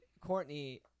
Courtney